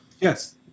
Yes